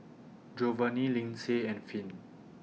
Jovanni Lindsay and Finn